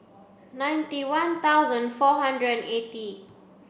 ninety one thousand four hundred and eighty